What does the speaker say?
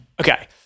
Okay